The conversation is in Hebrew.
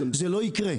זה לא יקרה.